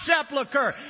sepulcher